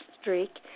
streak